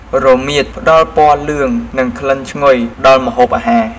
រមៀត ផ្តល់ពណ៌លឿង និងក្លិនឈ្ងុយដល់ម្ហូបអាហារ។